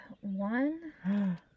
One